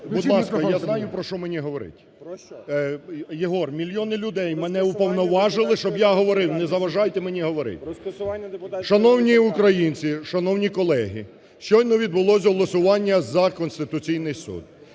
Будь ласка, я знаю, про що мені говорить. (Шум у залі) Єгор, мільйони людей мене уповноважили, щоб я говорив. Не заважайте мені говорити! Шановні українці, шановні колеги, щойно відбулося голосування за Конституційний Суд.